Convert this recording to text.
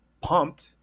pumped